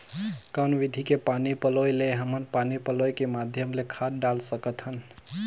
कौन विधि के पानी पलोय ले हमन पानी पलोय के माध्यम ले खाद डाल सकत हन?